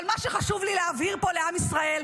אבל מה שחשוב לי להבהיר פה לעם ישראל,